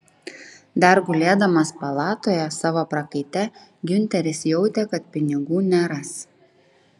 dar gulėdamas palatoje savo prakaite giunteris jautė kad pinigų neras